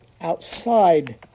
outside